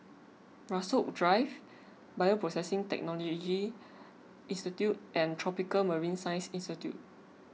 Rasok Drive Bioprocessing Technology Institute and Tropical Marine Science Institute